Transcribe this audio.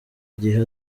igihe